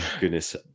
Goodness